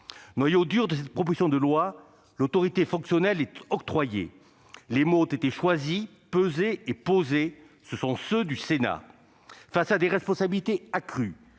Noyau dur de cette proposition de loi, l'autorité fonctionnelle est octroyée. Les mots ont été choisis, pesés et posés : ce sont ceux du Sénat. Contrepartie de responsabilités accrues,